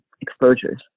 exposures